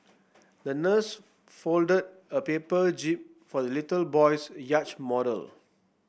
the nurse folded a paper jib for the little boy's yacht model